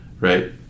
right